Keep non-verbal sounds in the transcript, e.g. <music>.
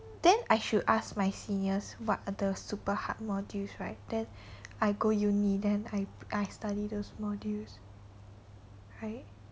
then I should ask my seniors what are the super hard modules right then <breath> I go uni then I I study those modules right